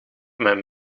mijn